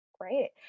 Great